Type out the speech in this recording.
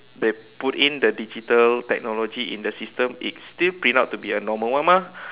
they put in the digital technology in the system it still print out to be a normal one mah